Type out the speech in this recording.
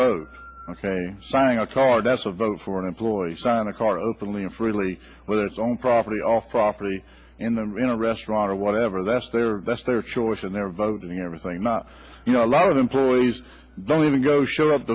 vote ok signing a card that's a vote for an employee sign a car openly and freely whether it's own property off property in them in a restaurant or whatever that's their that's their choice and they're voting everything not you know a lot of employees don't even go show